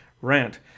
rant